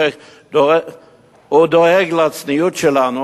הוא דואג לצניעות שלנו,